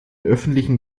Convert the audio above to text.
öffentlichen